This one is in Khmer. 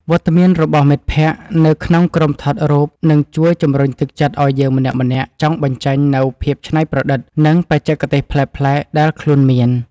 វត្តមានរបស់មិត្តភក្តិនៅក្នុងក្រុមថតរូបនឹងជួយជម្រុញទឹកចិត្តឱ្យយើងម្នាក់ៗចង់បញ្ចេញនូវភាពច្នៃប្រឌិត និង បច្ចេកទេសប្លែកៗដែលខ្លួនមាន។